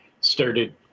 started